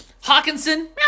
Hawkinson